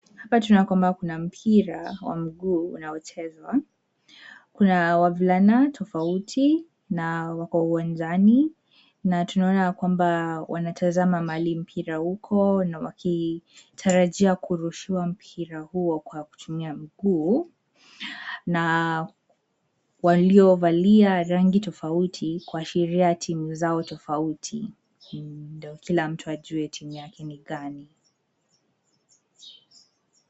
Hapa tuna kwamba kuna mpira wa mguu unaochezwa, kuna wavulana tofauti, na wako uwanjani, na tunaona ya kwamba wanatazama mahali mpira uko na wakitarajia kurushiwa mpira huo kwa kutumia mguu, na waliovalia rangi tofauti kuashiria timu zao tofauti, ndio kila mtu ajue timu yake ni gani.